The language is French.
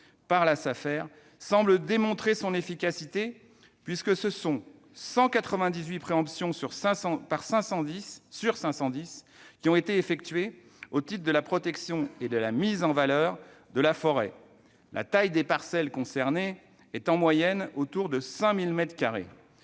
par la Safer semble démontrer son efficacité, puisque 198 préemptions sur 510 ont été effectuées au titre de la protection et de la mise en valeur de la forêt. La taille des parcelles concernées, qui s'établit en moyenne autour de 5 000